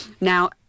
Now